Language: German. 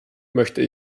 möchte